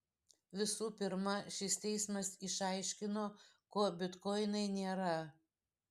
visų pirma šis teismas išaiškino kuo bitkoinai nėra